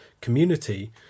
community